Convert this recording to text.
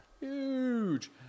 huge